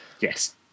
yes